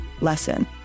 lesson